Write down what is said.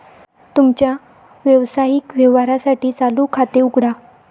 तुमच्या व्यावसायिक व्यवहारांसाठी चालू खाते उघडा